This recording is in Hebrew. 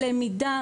למידה,